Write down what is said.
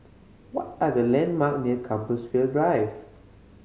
what are the landmark near Compassvale Drive